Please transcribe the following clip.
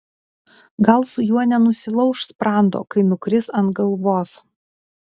gal su juo nenusilauš sprando kai nukris ant galvos